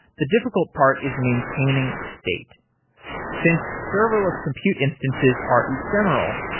the difficult part is maintaining state since serverless computer instances are ephemeral,